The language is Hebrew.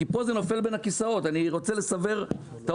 כי פה זה נופל בין הכיסאות.